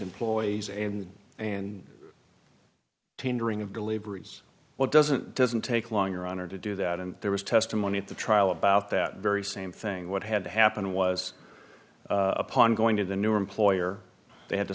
employees and and tendering of the leverages what doesn't doesn't take long runner to do that and there was testimony at the trial about that very same thing what had happened was upon going to the new employer they had to